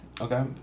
okay